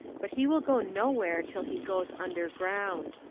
but he will go nowhere till he goes underground.